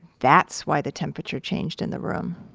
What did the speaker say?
that's why the temperature changed in the room.